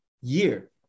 year